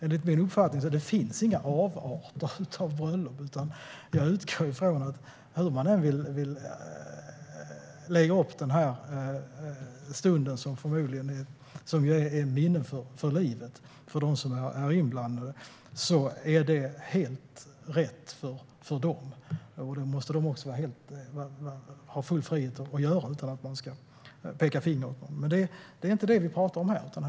Enligt min uppfattning finns det inga avarter av bröllop, utan jag utgår från att hur man än vill lägga upp denna stund som förmodligen blir ett minne för livet för de inblandade blir det helt rätt för dem. Och de måste ha full frihet att göra så utan att någon pekar finger åt dem. Det är dock inte detta vi talar om nu.